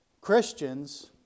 Christians